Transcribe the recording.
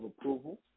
approval